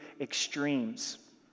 extremes